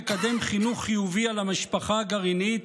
נקדם חינוך חיובי על המשפחה הגרעינית,